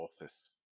office